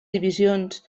divisions